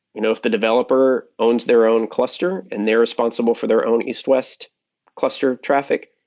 you know if the developer owns their own cluster and they're responsible for their own east-west cluster traffic,